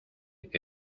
que